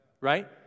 right